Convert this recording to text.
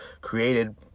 created